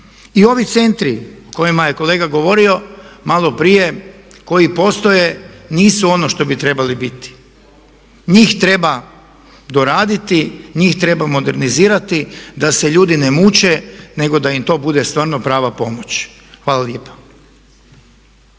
I ovi centri o kojima je kolega govorio malo prije, koji postoje nisu ono što bi trebali biti. Njih treba doraditi, njih treba modernizirati da se ljudi ne muče nego da im to bude stvarno prava pomoć. Hvala lijepa.